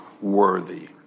worthy